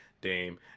dame